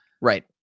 Right